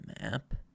map